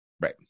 Right